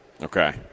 Okay